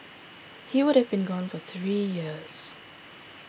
he would have been gone for three years